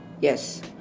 Yes